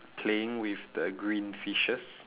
playing with the green fishes